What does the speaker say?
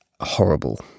Horrible